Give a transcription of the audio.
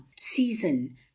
season